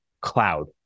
cloud